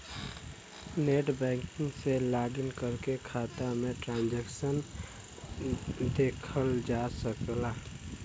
net banking से login करके खाता में ट्रांसैक्शन देखल जा सकला